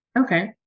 Okay